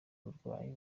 uburwayi